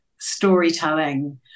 storytelling